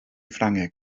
ffrangeg